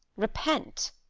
repent,